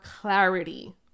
clarity